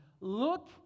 Look